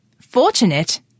Fortunate